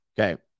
okay